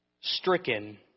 stricken